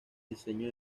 diseño